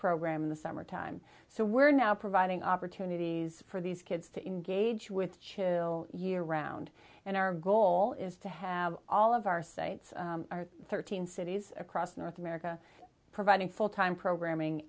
program in the summertime so we're now providing opportunities for these kids to engage with chill year round and our goal is to have all of our sites are thirteen cities across north america providing full time programming